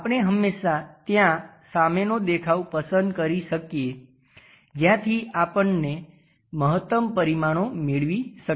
આપણે હંમેશાં ત્યાં સામેનો દેખાવ પસંદ કરી શકીએ જ્યાંથી આપણે મહત્તમ પરિમાણો મેળવી શકીએ